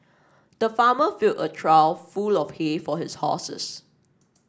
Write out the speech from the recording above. the farmer filled a trough full of hay for his horses